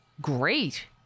Great